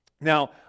Now